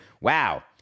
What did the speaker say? Wow